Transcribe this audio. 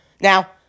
Now